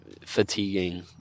Fatiguing